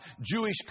Jewish